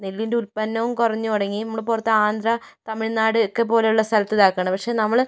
നെല്ലിൻ്റെ ഉത്പന്നവും കുറഞ്ഞു തുടങ്ങി നമ്മൾ പുറത്ത് ആന്ധ്ര തമിഴ്നാട് ഒക്കെ പോലെയുള്ള സ്ഥലത്തിതാക്കുന്നു പക്ഷെ നമ്മൾ